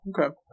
Okay